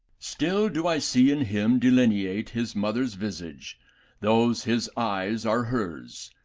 still do i see in him delineate his mother's visage those his eyes are hers,